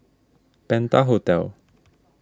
Penta Hotel